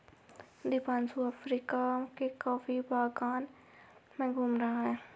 Deepanshu Africa के coffee बागान में घूम रहा है